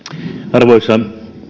arvoisa